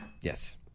Yes